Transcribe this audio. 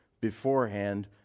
beforehand